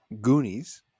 Goonies